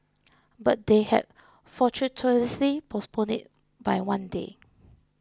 but they had fortuitously postponed it by one day